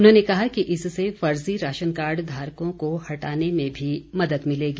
उन्होंने कहा कि इससे फर्जी राशन कार्ड धारकों को हटाने में भी मदद मिलेगी